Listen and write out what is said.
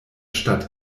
stadt